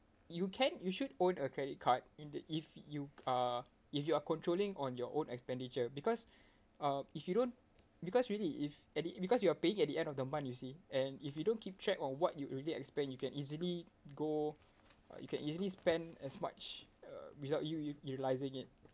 you can you should own a credit card in the if you uh if you are controlling on your own expenditure because uh if you don't because really if at the because you are paying at the end of the month you see and if you don't keep track on what you'd really has spent you can easily go uh you can easily spend as much uh without you you realising it